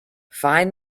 find